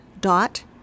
dot